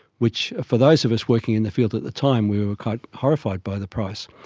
which for those of us working in the field at the time we were quite horrified by the price,